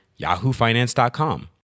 yahoofinance.com